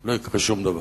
לא יקרה שום דבר.